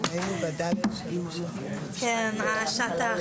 (היו"ר שרן מרים